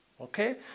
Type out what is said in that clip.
okay